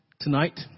tonight